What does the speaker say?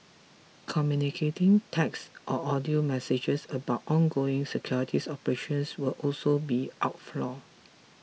communicating text or audio messages about ongoing security operations will also be outlawed